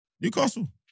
Newcastle